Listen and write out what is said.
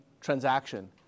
transaction